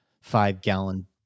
five-gallon